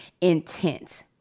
intent